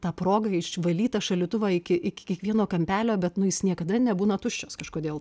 tą progą išvalyt tą šaldytuvą iki iki kiekvieno kampelio bet nu jis niekada nebūna tuščias kažkodėl